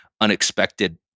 unexpected